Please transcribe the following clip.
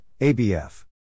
ABF